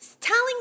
telling